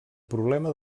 problema